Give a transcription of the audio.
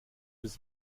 des